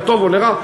לטוב או לרע.